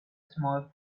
small